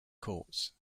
courts